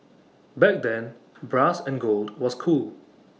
back then brass and gold was cool